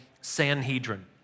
Sanhedrin